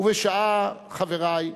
ובשעה, חברי,